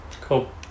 Cool